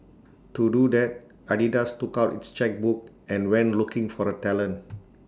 to do that Adidas took out its chequebook and went looking for the talent